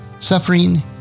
suffering